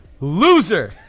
loser